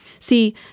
See